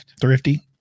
Thrifty